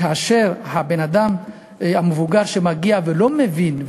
כאשר האדם המבוגר שמגיע לא מבין,